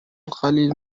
القليل